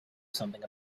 something